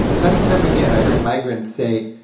time and time again, i heard migrants say,